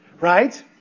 right